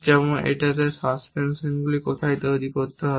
যেমন এই সাসপেনশনগুলি কোথায় তৈরি করতে হবে